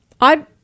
I-